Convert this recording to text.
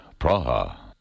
Praha